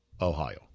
Ohio